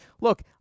Look